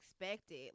expected